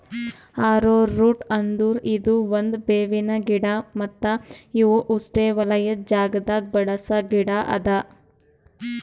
arrowroot ಅಂದುರ್ ಇದು ಒಂದ್ ಬೇರಿನ ಗಿಡ ಮತ್ತ ಇವು ಉಷ್ಣೆವಲಯದ್ ಜಾಗದಾಗ್ ಬೆಳಸ ಗಿಡ ಅದಾ